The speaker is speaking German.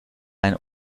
ein